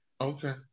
Okay